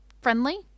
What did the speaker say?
friendly